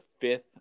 fifth